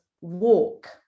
walk